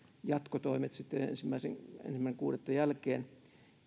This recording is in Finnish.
jatkotoimet sitten ensimmäinen kuudetta jälkeen